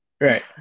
Right